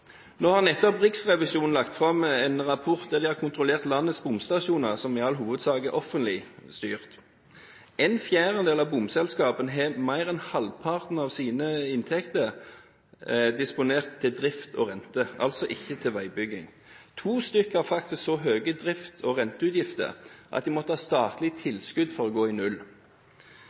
Nå har Riksrevisjonen nettopp lagt fram en rapport etter å ha kontrollert landets bomstasjoner, som i all hovedsak er offentlig styrt. En fjerdedel av bomselskapene har mer enn halvparten av sine inntekter disponert til drift og renter, altså ikke til veibygging. To stykker har faktisk så høye drifts- og renteutgifter at de måtte ha statlig tilskudd for å gå i null.